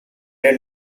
and